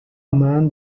man